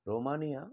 Romania